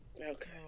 Okay